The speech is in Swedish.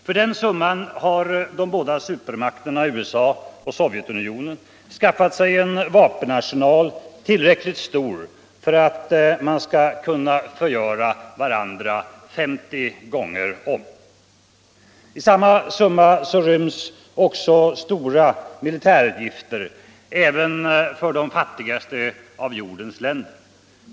För den summan har de båda supermakterna USA och Sovjetunionen skaffat sig en vapenarsenal tillräckligt stor för att de skall kunna förgöra varandra 50 gånger om. : I summan ryms också stora militärutgifter för de fattigaste av jordens länder.